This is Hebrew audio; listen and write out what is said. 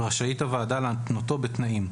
ורשאית הוועדה להתנותו בתנאים,